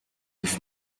this